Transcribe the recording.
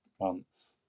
months